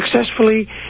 successfully